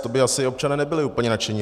To by asi občané nebyli úplně nadšeni.